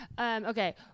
Okay